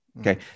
Okay